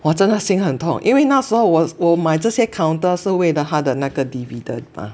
我真的心很痛因为那时候我我买这些 counter 是为了它的那个 divident mah